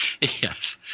Yes